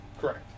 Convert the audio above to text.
correct